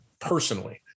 personally